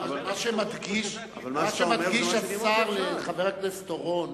מה שמדגיש השר לחבר הכנסת אורון